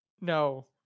No